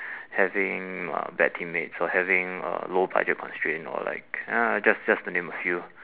having uh bad teammates or having uh low budget constraints or like ya just just to name a few